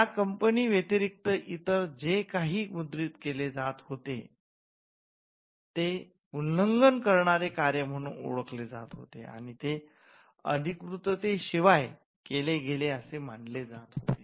या कंपनी व्यतिरिक्त इतर जे काही मुद्रित केले जाते होते ते उल्लंघन करणारे कार्य म्हणून ओळखले जात होते किंवा ते अधिकृततेशिवाय केले गेले असे मानले जात होते